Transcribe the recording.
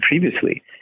previously